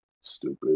stupid